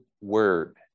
word